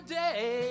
day